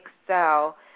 Excel